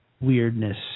weirdness